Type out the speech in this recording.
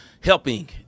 helping